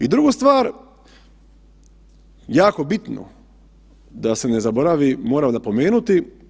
I drugu stvar, jako bitno, da se ne zaboravi, moram napomenuti.